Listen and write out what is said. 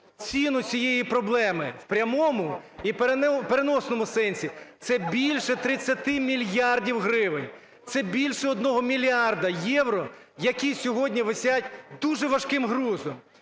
ціну цієї проблеми в прямому і переносному сенсі. Це більше 30 мільярдів гривень! Це більше 1 мільярда євро, які сьогодні висять дуже важким грузом.